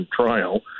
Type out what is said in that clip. trial